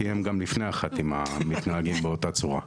כי הם גם לפני החתימה מתנהגים באותה צורה.